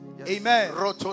amen